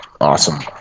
Awesome